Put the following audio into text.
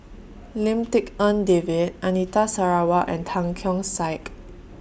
Lim Tik En David Anita Sarawak and Tan Keong Saik